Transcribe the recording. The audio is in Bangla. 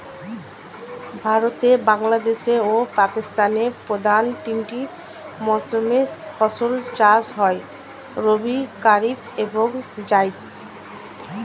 ভারতে, বাংলাদেশ ও পাকিস্তানের প্রধানতঃ তিনটি মৌসুমে ফসল চাষ হয় রবি, কারিফ এবং জাইদ